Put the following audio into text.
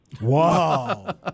Wow